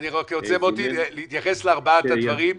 אני ארצה שתתייחס לארבעת הדברים.